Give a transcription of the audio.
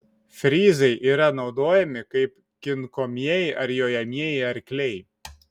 fryzai yra naudojami kaip kinkomieji ar jojamieji arkliai